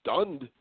stunned